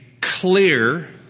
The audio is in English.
clear